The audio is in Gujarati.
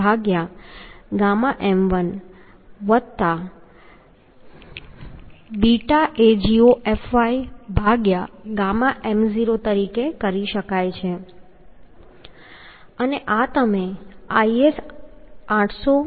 9 AncfuƔm1𝛽AgofyƔm0 દ્વારા કરી શકાય છે બરાબર અને આ તમે IS 800 2007 ના કલમ 6